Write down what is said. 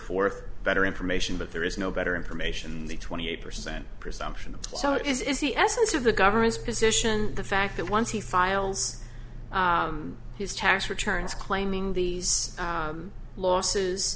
forth better information but there is no better information than the twenty eight percent presumption so is is the essence of the government's position the fact that once he files his tax returns claiming these losses